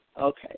Okay